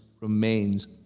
remains